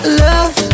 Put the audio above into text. love